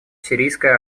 сирийская